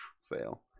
sale